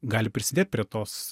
gali prisidėt prie tos